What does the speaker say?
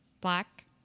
Black